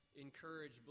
encourage